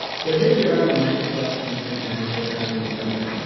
so here we are in the microsoft endpoint manager admin center.